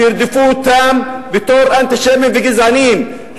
שירדפו אותם בתור אנטישמים וגזענים.